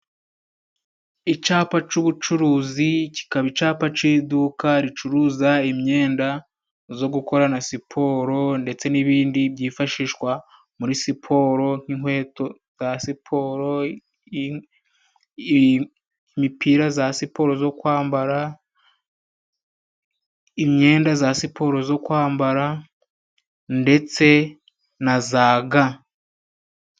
Icapa c'ubucuruzi kikaba icapa c'iduka ricuruza imyenda zo gukorana siporo, ndetse n'ibindi byifashishwa muri siporo :nk'inkweto za siporo, imipira za siporo zo kwambara, imyenda za siporo zo kwambara ndetse na za ga.